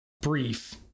brief